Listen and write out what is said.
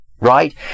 Right